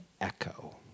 echo